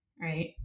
Right